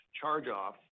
charge-off